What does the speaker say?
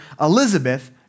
Elizabeth